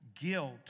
guilt